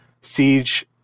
Siege